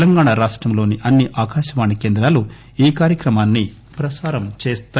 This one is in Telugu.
తెలంగాణా రాష్టంలోని అన్ని ఆకాశవాణి కేంద్రాలూ ఈ కార్యక్రమాన్ని ప్రసారం చేస్తాయి